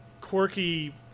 quirky